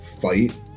fight